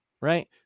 right